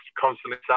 constantly